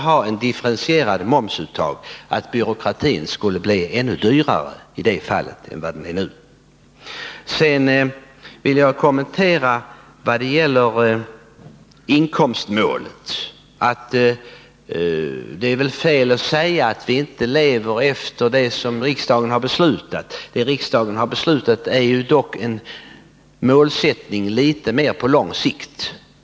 Jag tror också om att byråkratin skulle bli ännu dyrare än nu med ett differentierat momsuttag. Jag vill sedan kommentera inkomstmålet. Det är väl fel att säga att vi inte lever efter vad riksdagen beslutat. Det riksdagen beslutat är en målsättning litet mer på lång sikt.